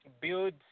build